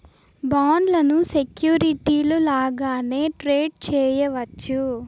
బాండ్లను సెక్యూరిటీలు లాగానే ట్రేడ్ చేయవచ్చు